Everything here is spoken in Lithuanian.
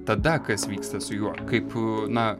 tada kas vyksta su juo kaip na